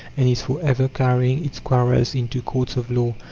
and is for ever carrying its quarrels into courts of law.